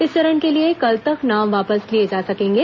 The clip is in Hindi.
इस चरण के लिए कल तक नाम वापस लिए जा सकेंगे